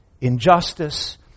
injustice